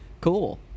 cool